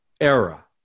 era